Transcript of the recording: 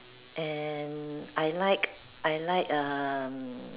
and I like I like um